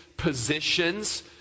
positions